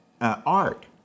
art